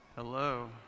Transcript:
Hello